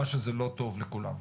מה שזה לא טוב לכולם.